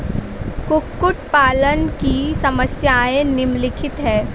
कुक्कुट पालन की समस्याएँ निम्नलिखित हैं